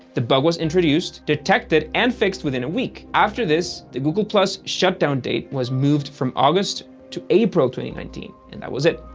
the bug was introduced, detected, and fixed within a week. after this, the google plus shutdown date was moved from august to april two thousand and nineteen, and that was it.